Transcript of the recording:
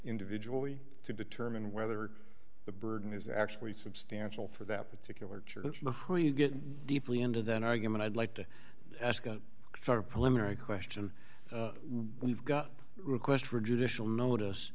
individually to determine whether the burden is actually substantial for that particular church before you get deeply into that argument i'd like to ask for polemic question we've got a request for judicial notice